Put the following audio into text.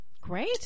Great